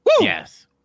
Yes